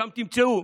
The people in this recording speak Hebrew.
שם תמצאו